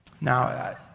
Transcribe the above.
Now